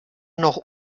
noch